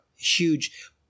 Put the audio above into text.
Huge